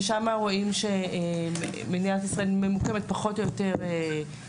ושם רואים שמדינת ישראל ממוקמת פחות או יותר באמצע.